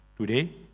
today